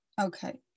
Okay